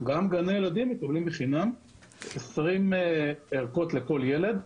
גם גני ילדים מקבלים בחינם 20 ערכות לכל ילד.